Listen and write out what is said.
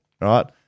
right